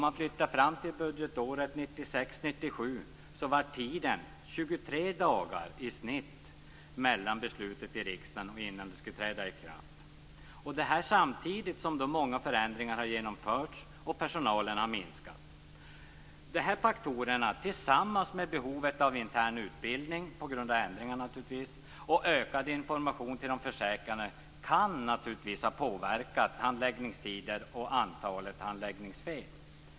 Under budgetåret 1996/97 var tiden 23 dagar i genomsnitt mellan beslut i riksdagen och ikraftträdande, samtidigt som många förändringar har genomförts och personalen har minskat. Dessa faktorer tillsammans med behovet av intern utbildning på grund av förändringarna och ökad information till de försäkrade kan naturligtvis ha påverkat både handläggningstider och antalet handläggningsfel.